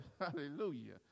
Hallelujah